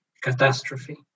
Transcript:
catastrophe